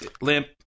Limp